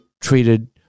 treated